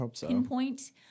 pinpoint